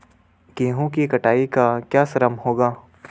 गेहूँ की कटाई का क्या श्रम होगा?